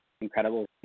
incredible